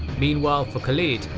meanwhile for khalid,